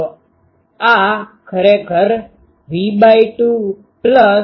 તો આ ખરેખર V2 V2 છે